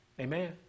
Amen